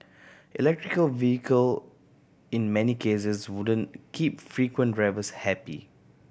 electric vehicle in many cases wouldn't keep frequent drivers happy